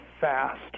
fast